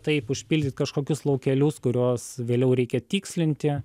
taip užpildyt kažkokius laukelius kuriuos vėliau reikia tikslinti